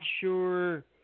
sure